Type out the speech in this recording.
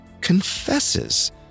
confesses